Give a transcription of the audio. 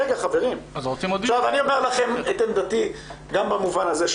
רגע, חברים, אני אומר לכם את עמדתי גם במובן הזה.